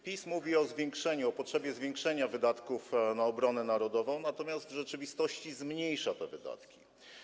PiS mówi o potrzebie zwiększenia wydatków na obronę narodową, natomiast w rzeczywistości zmniejsza te wydatki.